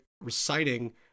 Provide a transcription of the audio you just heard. reciting